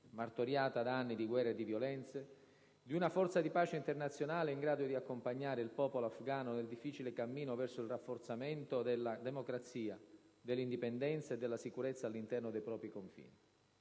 martoriata da anni di guerre e di violenze, di una Forza di pace internazionale in grado di accompagnare il popolo afgano nel difficile cammino verso il rafforzamento della democrazia, dell'indipendenza e della sicurezza all'interno dei propri confini.